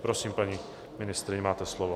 Prosím, paní ministryně, máte slovo.